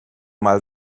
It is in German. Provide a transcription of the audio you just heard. mal